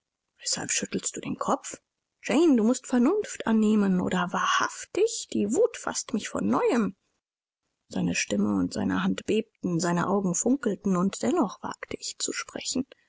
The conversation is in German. weshalb schüttelst du den kopf jane du mußt vernunft annehmen oder wahrhaftig die wut faßt mich von neuem seine stimme und seine hand bebten seine augen funkelten und dennoch wagte ich zu sprechen